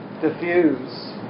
diffuse